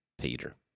Peter